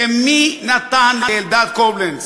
ומי נתן לאלדד קובלנץ,